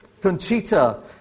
Conchita